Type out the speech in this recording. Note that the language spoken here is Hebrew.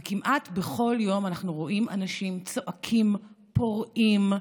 וכמעט בכל יום אנחנו רואים אנשים צועקים, פורעים,